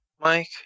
Mike